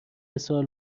سال